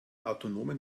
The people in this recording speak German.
autonomen